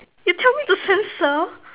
you tell me to censor